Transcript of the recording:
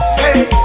hey